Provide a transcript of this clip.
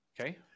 Okay